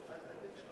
מי עונה?